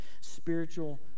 spiritual